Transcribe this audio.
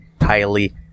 highly